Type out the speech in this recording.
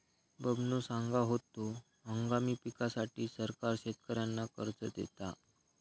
बबनो सांगा होतो, हंगामी पिकांसाठी सरकार शेतकऱ्यांना कर्ज देता